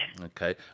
Okay